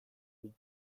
with